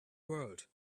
world